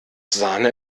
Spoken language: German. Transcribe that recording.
sahne